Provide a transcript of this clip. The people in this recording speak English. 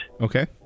okay